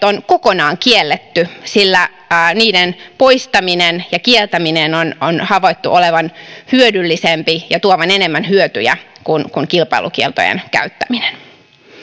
on kokonaan kielletty sillä niiden poistamisen ja kieltämisen on on havaittu olevan hyödyllisempää ja tuovan enemmän hyötyjä kuin kilpailukieltojen käyttäminen